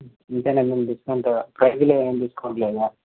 ఇంతేనా ma'am discount కర్రీలో ఏం డిస్కౌంట్ లేదా